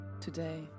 today